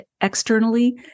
externally